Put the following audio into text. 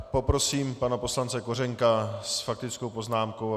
Poprosím pana poslance Kořenka s faktickou poznámkou.